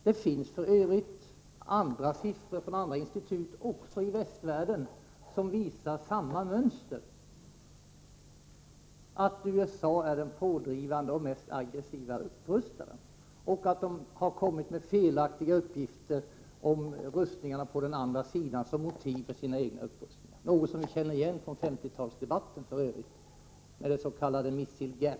Det finns f. ö. siffror från andra institut, också i västvärlden, som visar samma mönster, att USA är den pådrivande och mest aggressiva upprustaren och att man kommit med felaktiga uppgifter om rustningar på den andra sidan, att använda som motiv för sina egna upprustningar. Det är någonting som vi f. ö. känner igen från debatten på 1950-talet om s.k. missile gap.